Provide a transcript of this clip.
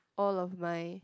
all of my